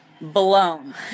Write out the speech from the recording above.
blown